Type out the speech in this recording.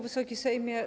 Wysoki Sejmie!